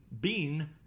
Bean